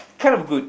kind of good